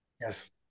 Yes